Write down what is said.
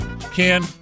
Ken